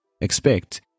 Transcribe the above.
expect